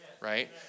right